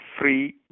free